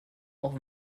auch